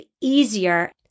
easier